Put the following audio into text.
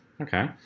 Okay